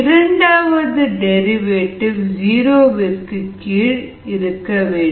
இரண்டாவது derivative zero விற்கு கீழ் இருக்க வேண்டும்